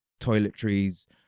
toiletries